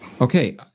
Okay